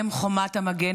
הם חומת המגן